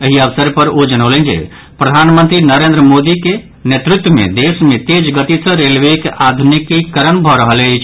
एहि अवसर पर ओ जनौलनि जे प्रधानमंत्री नरेन्द्र मोदी के नेतृत्व मे देश मे तेज गति सँ रेलवेक आधुनिकीकरण भऽ रहल अछि